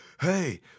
hey